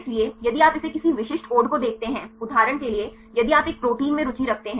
इसलिए यदि आप इसे किसी विशिष्ट कोड को देखते हैं उदाहरण के लिए यदि आप एक प्रोटीन में रुचि रखते हैं